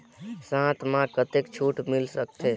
साथ म कतेक छूट मिल सकथे?